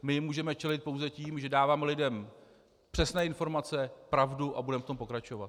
My jim můžeme čelit pouze tím, že dáváme lidem přesné informace, pravdu, a budeme v tom pokračovat.